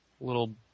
little